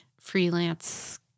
freelance